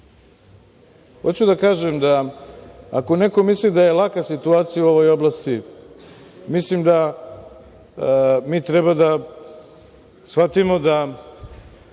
da kažem da, ako neko misli da je laka situacija u ovoj oblasti, mislim da mi treba da shvatimo da